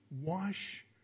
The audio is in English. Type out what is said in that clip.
wash